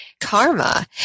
karma